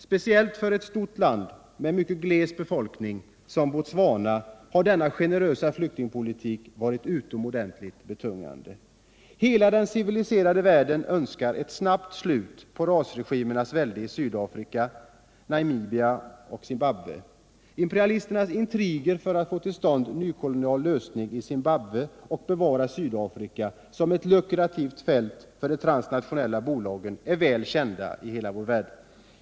Speciellt för ett stort land med mycket gles befolkning som Botswana har denna generösa flyktingpolitik varit utomordentligt betungande. Hela den civiliserade världen önskar ett snabbt slut på rasistregimernas välde i Sydafrika, Namibia och Zimbabwe. Imperialisternas intriger för att få till stånd en nykolonial lösning i Zimbabwe och bevara Sydafrika som ett lukrativt fält för de transnationella bolagen är väl kända i hela vår värld.